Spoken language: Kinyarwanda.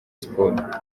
siporo